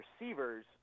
receivers